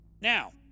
Now